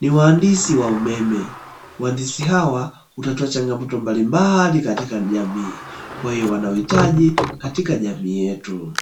ni waandishi wa umeme wandisi hawa utatoa changamoto mbalimbali katika jamii kwa hiyo wanauhitaji katika jamii yetu.